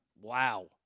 Wow